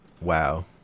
Wow